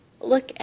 look